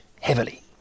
heavily